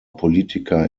politiker